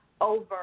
over